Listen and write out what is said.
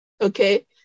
Okay